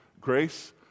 Grace